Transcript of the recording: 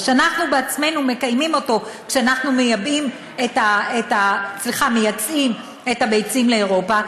ואנחנו בעצמנו מקיימים אותו כשאנחנו מייצאים את הביצים לאירופה,